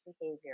behavior